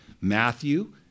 Matthew